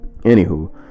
anywho